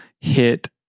hit